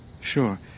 Sure